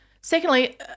secondly